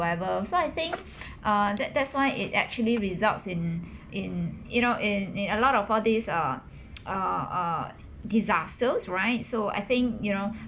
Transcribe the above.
so I think uh that that's why it actually results in in you know in in a lot of all this uh uh uh disasters right so I think you know